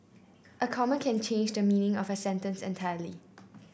a comma can change the meaning of a sentence entirely